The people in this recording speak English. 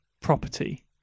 property